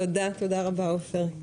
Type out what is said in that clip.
תודה רבה, עופר.